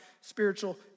spiritual